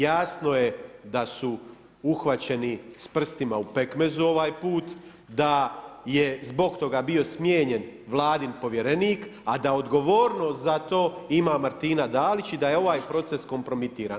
Jasno je da su uhvaćeni sa prstima u pekmezu ovaj put, da je zbog toga bio smijenjen Vladin povjerenik a da odgovornost za to ima Martina Dalić i da je ovaj proces kompromitiran.